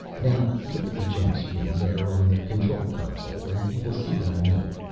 now look at the jump screen there on the control console and you will see what i mean.